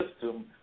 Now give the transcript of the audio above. system